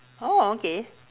orh okay